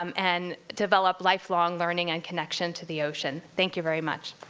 um and develop lifelong learning and connection to the ocean. thank you very much.